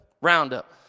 Roundup